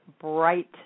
bright